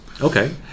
Okay